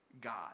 God